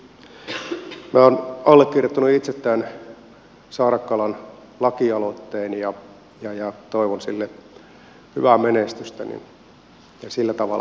minä olen itse allekirjoittanut tämän saarakkalan lakialoitteen ja toivon sille hyvää menestystä sillä tavalla